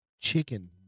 chicken